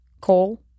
coal